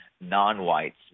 non-whites